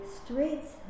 streets